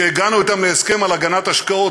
שהגענו אתם להסכם על הגנת השקעות,